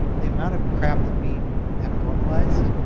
the amount of crap that we have normalized,